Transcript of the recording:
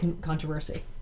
controversy